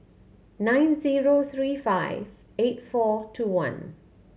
nine zero three five eight four two one